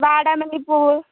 വാടാമല്ലി പൂവ്